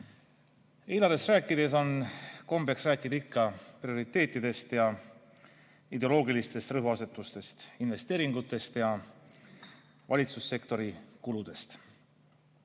Eelarvest rääkides on kombeks rääkida ikka prioriteetidest ja ideoloogilistest rõhuasetustest, investeeringutest ja valitsussektori kuludest. Täna